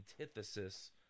antithesis